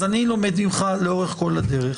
אז אני לומד ממך לאורך כל הדרך.